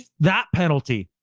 that penalty,